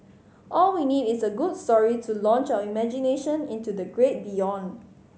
all we need is a good story to launch our imagination into the great beyond